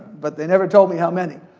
but they never told me how many.